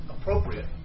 appropriate